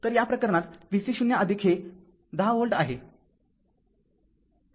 तर या प्रकरणात vc0 हे १० व्होल्ट आहे